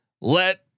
let